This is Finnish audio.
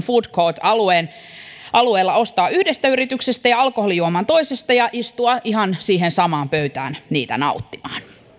food court alueella ostaa yhdestä yrityksestä ja alkoholijuoman toisesta ja istua ihan siihen samaan pöytään niitä nauttimaan